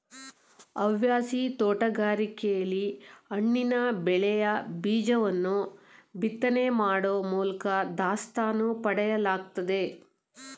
ಹವ್ಯಾಸಿ ತೋಟಗಾರಿಕೆಲಿ ಹಣ್ಣಿನ ಬೆಳೆಯ ಬೀಜವನ್ನು ಬಿತ್ತನೆ ಮಾಡೋ ಮೂಲ್ಕ ದಾಸ್ತಾನು ಪಡೆಯಲಾಗ್ತದೆ